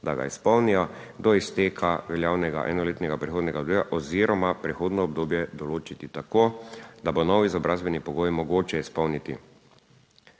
da ga izpolnijo do izteka veljavnega enoletnega prehodnega obdobja oziroma prehodno obdobje določiti tako, da bo nov izobrazbeni pogoj mogoče izpolniti.